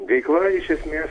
veikla iš esmės